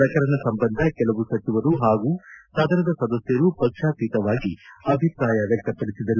ಪ್ರಕರಣ ಸಂಬಂಧ ಕೆಲವು ಸಚಿವರು ಹಾಗೂ ಸದನದ ಸದಸ್ಯರು ಪಕ್ಷಾತೀತವಾಗಿ ಅಭಿಪ್ರಾಯ ವ್ಯಕ್ತಪಡಿಸಿದರು